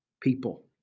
people